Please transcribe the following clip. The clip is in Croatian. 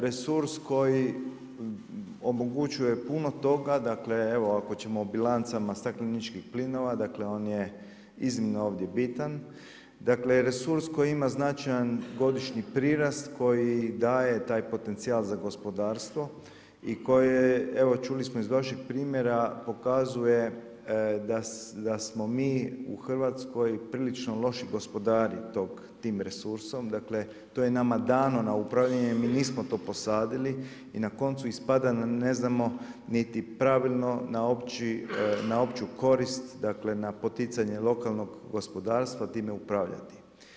Resurs koji omogućuje puno toga, dakle ako ćemo o bilancama stakleničkih plinova on je iznimno ovdje bitan, resurs koji ima značajan godišnji prirast koji daje taj potencijal za gospodarstvo i koji evo čuli smo iz vašeg primjera, pokazuje da smo mi u Hrvatskoj prilično loši gospodari tim resursom, to je nama dano na upravljanje, mi nismo to posadili i na koncu ispada da ne znamo niti pravilno na opću korist, na poticanje lokalnog gospodarstva time upravljati.